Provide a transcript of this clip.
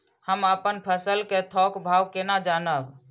हम अपन फसल कै थौक भाव केना जानब?